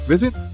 Visit